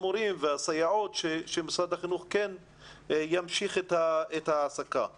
המורים והסייעות שמשרד החינוך כן ימשיך את ההעסקה שלהם.